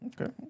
Okay